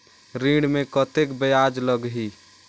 ऋण मे कतेक ब्याज लगही?